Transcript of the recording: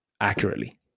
accurately